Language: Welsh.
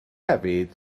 hefyd